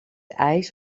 ijs